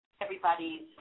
everybody's